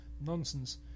nonsense